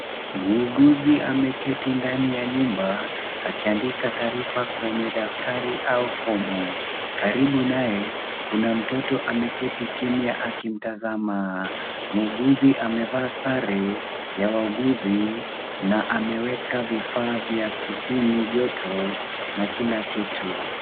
Muuguzi ameketi ndani ya nyumba, akiandika taarifa kwenye daftari au fomu. Karibu naye kuna mtoto ameketi kimya akimtazama. Muuguzi amevaa sare ya wauguzi na ameweka vifaa vya kipima joto na kila kitu.